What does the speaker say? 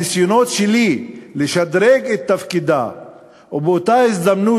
הניסיונות שלי לשדרג את תפקידה ובאותה הזדמנות